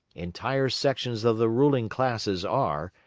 entire sections of the ruling classes are,